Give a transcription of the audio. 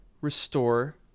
restore